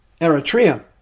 Eritrea